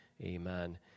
Amen